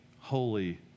holy